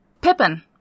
pippin